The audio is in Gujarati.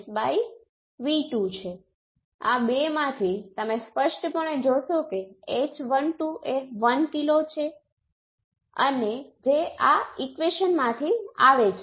હવે મુદ્દો એ છે કે તમે સ્પષ્ટપણે જોશો કે જો z12 z21 તો y12 પણ y21 ની બરાબર હશે